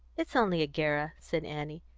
it's only a guerra, said annie.